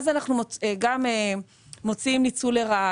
כך אנחנו גם מוציאים ניצול לרעה,